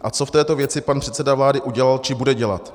A co v této věci pan předseda vlády udělal či bude dělat?